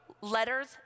letters